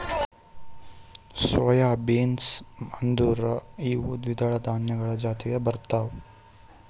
soy beans ಅಂದುರ್ ಇವು ದ್ವಿದಳ ಧಾನ್ಯಗೊಳ್ ಜಾತಿದಾಗ್ ಬರ್ತಾವ್